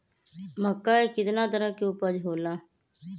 मक्का के कितना तरह के उपज हो ला?